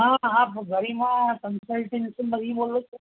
હા હા ગરીમા કન્સલ્ટન્સીમાંથી બોલો છો